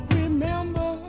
remember